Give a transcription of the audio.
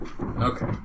Okay